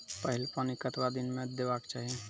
पहिल पानि कतबा दिनो म देबाक चाही?